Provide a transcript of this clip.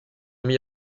ami